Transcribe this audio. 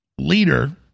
leader